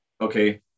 Okay